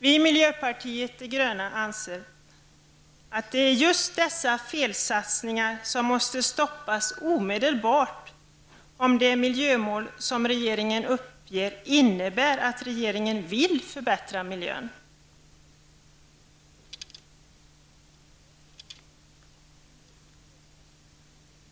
Vi i miljöpartiet de gröna anser att det är just dessa felsatsningar som måste stoppas omedelbart om de miljömål som regeringen uppger innebär att regeringen vill förbättra miljön.